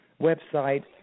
website